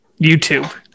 YouTube